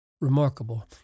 remarkable